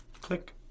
Click